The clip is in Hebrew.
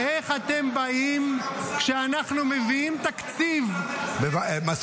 איך אתם באים כשאנחנו מביאים תקציב --- אתה